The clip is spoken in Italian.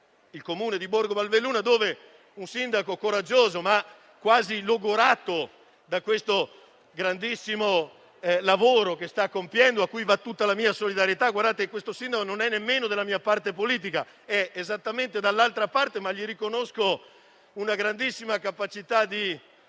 il Comune di Borgo Valbelluna, che ha un sindaco coraggioso, ma quasi logorato dal grandissimo lavoro che sta compiendo e a cui va tutta la mia solidarietà. Questo sindaco non è nemmeno della mia parte politica, è esattamente dell'altra parte, ma gli riconosco una grandissima capacità di